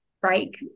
break